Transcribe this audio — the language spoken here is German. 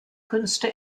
künste